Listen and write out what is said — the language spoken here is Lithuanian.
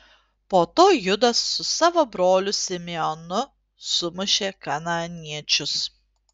po to judas su savo broliu simeonu sumušė kanaaniečius